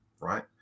right